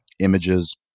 images